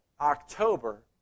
October